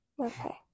okay